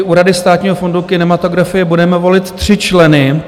U Rady Státního fondu kinematografie budeme volit tři členy.